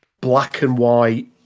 black-and-white